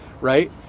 right